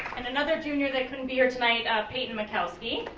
and another junior that couldn't be here tonight, peyton mccowski.